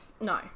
No